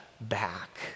back